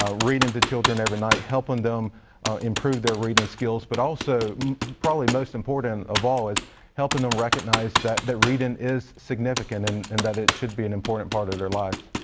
ah reading to children every night, helping them improve their reading skills, but also probably most important of all is helping them recognize that the reading is significant. and and that it should be an important part of their lives.